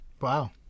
wow